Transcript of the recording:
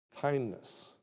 kindness